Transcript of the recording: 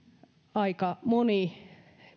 aika moni